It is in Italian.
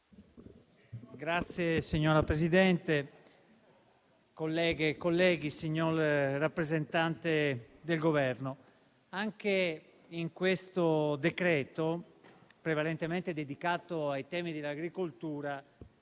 Signora Presidente, colleghi e colleghi, signor rappresentante del Governo, anche in questo decreto-legge prevalentemente dedicato ai temi dell'agricoltura